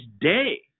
day